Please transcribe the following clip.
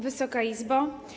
Wysoka Izbo!